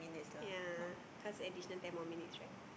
ya cause edition ten more minutes right